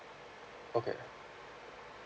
okay